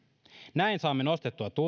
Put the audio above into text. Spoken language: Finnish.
näin saamme nostettua